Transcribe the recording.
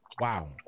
Wow